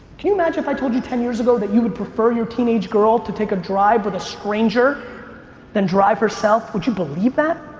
you imagine if i told you ten years ago that you would prefer your teenage girl to take a drive with a stranger than drive herself, would you believe that?